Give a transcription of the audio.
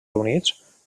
units